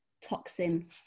toxin